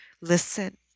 listen